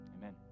Amen